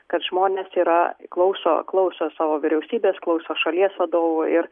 kad žmonės yra klauso klauso savo vyriausybės klauso šalies vadovo ir